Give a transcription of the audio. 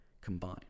combine